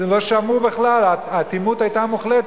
לא שמעו בכלל, האטימות היתה מוחלטת.